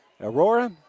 Aurora